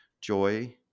joy